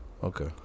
Okay